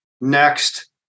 next